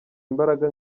imbaraga